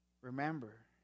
Remember